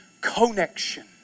connection